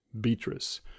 beatrice